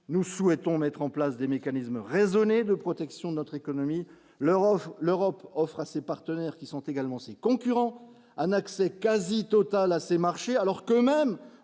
nous souhaitons mettre en place des mécanismes raisonné de protection de notre économie, l'Euro, l'Europe offre à ses partenaires, qui sont également ses concurrents un accès quasi totale à ces marchés alors que même